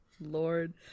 lord